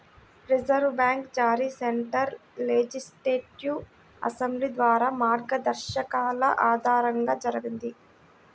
reserve bank జారీ central legislative assembly ద్వారా మార్గదర్శకాల ఆధారంగా జరిగింది